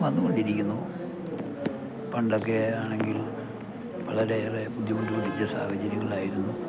വന്നുകൊണ്ടിരിക്കുന്നു പണ്ടൊക്കെ ആണെങ്കിൽ വളരെയേറെ ബുദ്ധിമുട്ടു പിടിച്ച സാഹചര്യങ്ങളായിരുന്നു